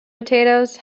potatoes